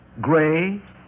gray